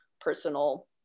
personal